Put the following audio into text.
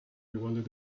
iguales